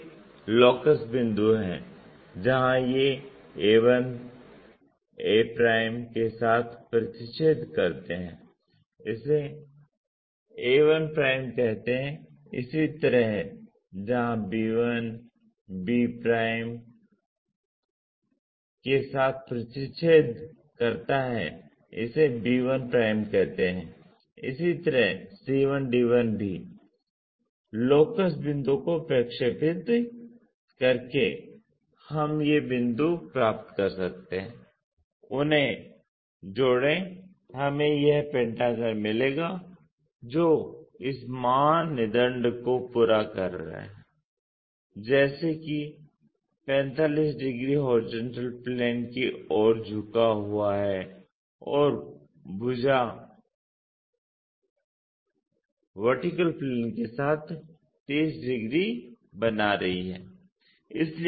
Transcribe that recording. वे locus बिंदु हैं जहां ये a1 a के साथ प्रतिच्छेद करते हैं इसे a1 कहते हैं इसी तरह जहां b1 b के साथ प्रतिच्छेद करता है इसे b1 कहते हैं इसी तरह c1 d1 भी लोकस बिंदुओं को प्रक्षेपित करके हम ये बिंदु प्राप्त कर सकते हैं उन्हें जोड़ें हमें यह पेंटागन मिलेगा जो इस मानदंड को पूरा कर रहा है जैसे 45 डिग्री HP की ओर झुका हुआ है और भुजा VP के साथ 30 डिग्री बना रही है